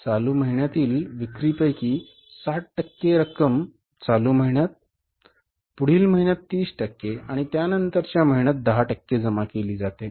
चालू महिन्यातील विक्रीपैकी 60 टक्के रक्कम चालू महिन्यात पुढील महिन्यात 30 टक्के आणि त्यानंतरच्या महिन्यात 10 टक्के जमा केली जाते